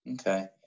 Okay